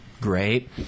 great